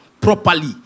properly